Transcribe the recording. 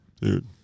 Dude